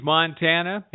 Montana